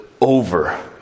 over